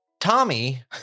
Tommy